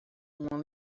uma